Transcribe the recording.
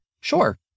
Sure